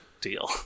deal